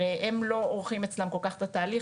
הרי הם לא עורכים אצלם כל כך את התהליך,